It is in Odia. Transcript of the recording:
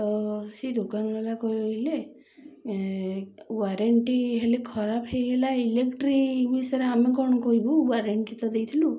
ତ ସେ ଦୋକାନବାଲା କହିଲେ ୱାରେଣ୍ଟି ହେଲେ ଖରାପ ହେଇଗଲା ଇଲେକ୍ଟ୍ରି ବିଷୟରେ ଆମେ କ'ଣ କହିବୁ ୱାରେଣ୍ଟି ତ ଦେଇଥିଲୁ